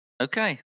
okay